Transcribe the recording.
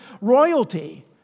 royalty